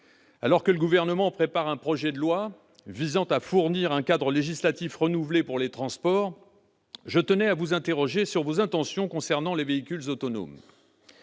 Alors que le Gouvernement prépare un projet de loi visant à élaborer un cadre législatif renouvelé pour les transports, je tiens, madame la ministre, à vous interroger sur vos intentions concernant les véhicules autonomes.